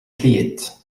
clayette